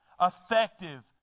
effective